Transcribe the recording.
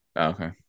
Okay